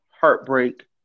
heartbreak